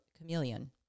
chameleon